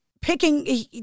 picking